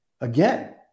again